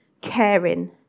caring